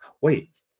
wait